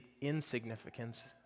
insignificance